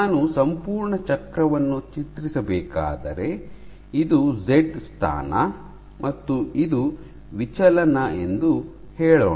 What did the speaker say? ನಾನು ಸಂಪೂರ್ಣ ಚಕ್ರವನ್ನು ಚಿತ್ರಿಸಬೇಕಾದರೆ ಇದು ಝೆಡ್ ಸ್ಥಾನ ಮತ್ತು ಇದು ವಿಚಲನ ಎಂದು ಹೇಳೋಣ